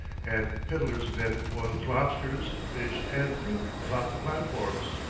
and pedlers vend boiled lobsters, fish, and fruit about the platforms.